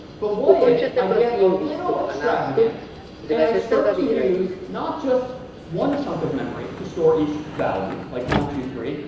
but what if i get a little extravagant and i start to use, not just one chunk of memory to store each value, like one, two, three,